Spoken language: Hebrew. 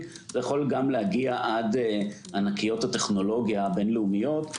וזה יכול להגיע לענקיות הטכנולוגיה הבין-לאומיות,